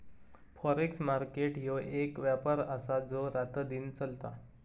forex market ह्यो एक व्यापार आसा जो रातदिन चलता